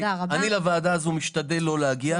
אני לוועדה הזו משתדל לא להגיע.